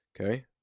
Okay